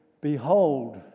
behold